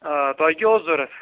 آ تۄہہِ کیٛاہ اوس ضروٗرت